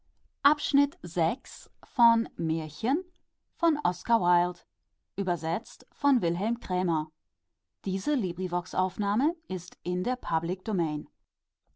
es ist in der